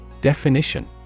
Definition